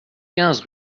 quinze